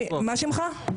מה שמך?